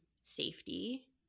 safety